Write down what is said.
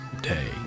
Day